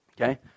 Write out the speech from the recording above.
Okay